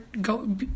go